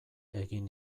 egin